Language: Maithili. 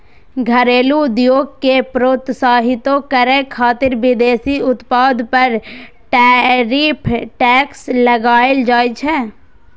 घरेलू उद्योग कें प्रोत्साहितो करै खातिर विदेशी उत्पाद पर टैरिफ टैक्स लगाएल जाइ छै